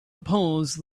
oppose